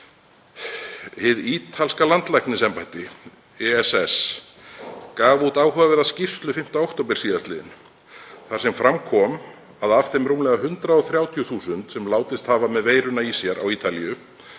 Ítalska landlæknisembættið gaf út áhugaverða skýrslu 5. október sl. þar sem fram kom að af þeim rúmlega 130.000 sem látist hafa með veiruna í sér á Ítalíu